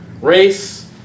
race